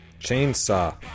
Chainsaw